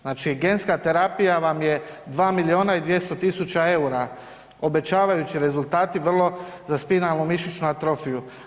Znači genska terapija vam je 2 milijuna i 200 tisuća eura, obećavajući rezultati vrlo za spinalnu mišićnu atrofiju.